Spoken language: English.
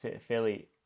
fairly